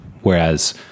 Whereas